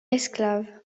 esclaves